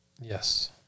Yes